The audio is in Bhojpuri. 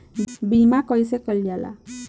बीमा कइसे कइल जाला?